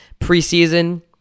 Preseason